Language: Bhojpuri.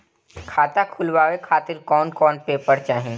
खाता खुलवाए खातिर कौन कौन पेपर चाहीं?